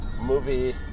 movie